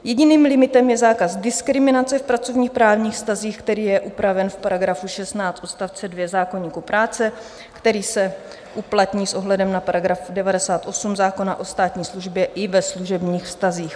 Jediným limitem je zákaz diskriminace v pracovněprávních vztazích, který je upraven v § 16 odst. 2 zákoníku práce, který se uplatní s ohledem na § 98 zákona o státní službě i ve služebních vztazích.